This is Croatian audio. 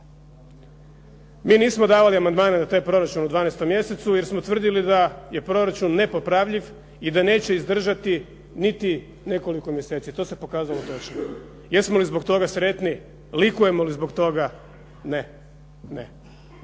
Mi nismo davali amandmane za taj proračun u 12. mjesecu jer smo tvrdili da je proračun nepopravljiv i da neće izdržati niti nekoliko mjeseci. To se pokazalo točno. Jesmo li zbog toga sretni? Likujemo li zbog toga? Ne. Ne.